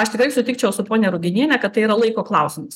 aš tikrai sutikčiau su ponia ruginiene kad tai yra laiko klausimas